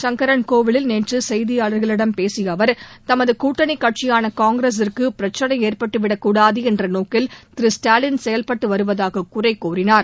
சங்கரன்கோவிலில் நேற்று செய்தியாளர்களிடம் பேசிய அவர் தமது கூட்டணிக் கட்சியான காங்கிரஸிற்கு பிரச்சினை ஏற்பட்டுவிடக் கூடாது என்ற நோக்கில் திரு ஸ்டாலின் செயல்பட்டு வருவதாக குறை கூறினார்